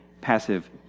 passive